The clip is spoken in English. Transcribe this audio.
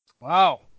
Wow